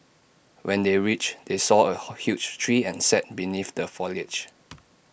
when they reached they saw A huge tree and sat beneath the foliage